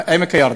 בעמק-הירדן.